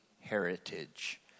heritage